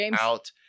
out